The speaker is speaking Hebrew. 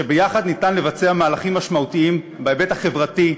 שביחד ניתן לבצע מהלכים משמעותיים בהיבט החברתי,